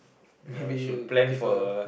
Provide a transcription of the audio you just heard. maybe give her